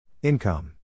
Income